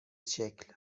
شکل